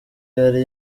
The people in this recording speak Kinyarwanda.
yari